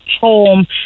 home